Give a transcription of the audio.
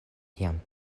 jam